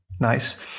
Nice